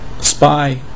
spy